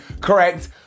correct